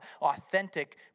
authentic